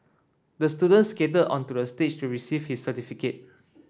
the student skated onto the stage to receive his certificate